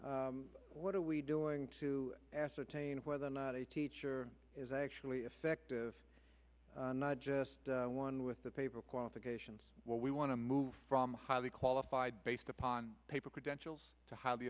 what are we doing to ascertain whether or not a teacher is actually effective not just one with the paper qualifications what we want to move from highly qualified based upon paper credentials to highly